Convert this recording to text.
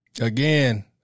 Again